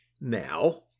Now